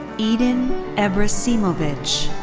edin ibrisimovic.